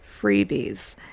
freebies